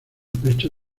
pecho